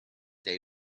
day